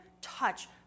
touch